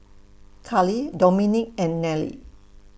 Carlie Dominique and Nelie